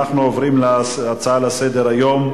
אנחנו עוברים להצעות הבאות לסדר-היום,